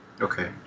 okay